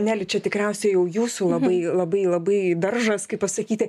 neli čia tikriausiai jau jūsų labai labai labai daržas kaip pasakyti